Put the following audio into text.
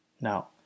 Now